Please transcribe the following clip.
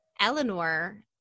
Eleanor